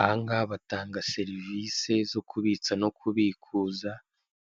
Ahangaha batanga serivise zo kubitsa no kubikuza